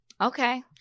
Okay